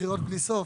בחירות בלי סוף.